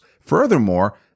Furthermore